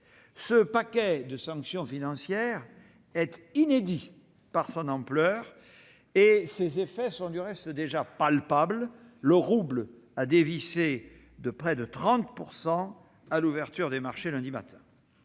Ce paquet de sanctions financières est inédit par son ampleur et ses effets sont déjà palpables : le rouble a dévissé de près de 30 % à l'ouverture des marchés lundi matin.